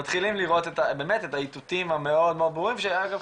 מתחילים לראות באמת את האיתותים המאוד מאוד ברורים שאגב,